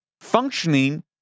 functioning